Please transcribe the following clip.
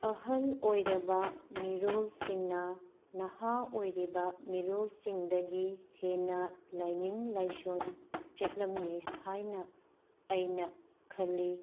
ꯑꯍꯜ ꯑꯣꯏꯔꯕ ꯃꯤꯔꯣꯜꯁꯤꯡꯅ ꯅꯍꯥ ꯑꯣꯏꯔꯤꯕ ꯃꯤꯔꯣꯜꯁꯤꯡꯗꯒꯤ ꯍꯦꯟꯅ ꯂꯥꯏꯅꯤꯡ ꯂꯥꯏꯁꯣꯟ ꯆꯠꯂꯝꯃꯤ ꯍꯥꯏꯅ ꯑꯩꯅ ꯈꯜꯂꯤ